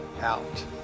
out